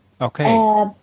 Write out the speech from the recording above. Okay